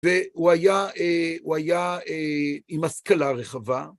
והוא היה, הוא היה עם השכלה רחבה.